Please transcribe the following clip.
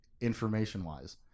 information-wise